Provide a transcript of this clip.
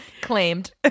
Claimed